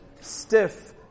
stiff